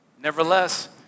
Nevertheless